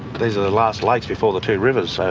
these are the last lakes before the two rivers. so